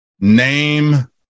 name